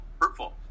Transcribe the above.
hurtful